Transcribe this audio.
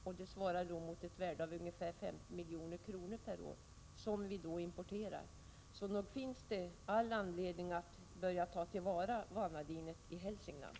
Denna import svarar mot ett värde av ungefär 50 milj.kr. per år. Så nog finns det all anledning att börja ta till vara vanadinet i Hälsingland.